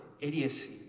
idiocy